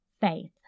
faith